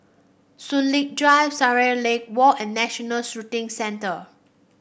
Soon Lee Drive Shangri Lake Walk and National Shooting Centre